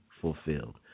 fulfilled